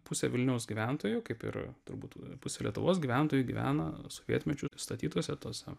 pusė vilniaus gyventojų kaip ir turbūt pusė lietuvos gyventojų gyvena sovietmečiu statytuose tose